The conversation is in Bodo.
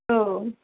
औ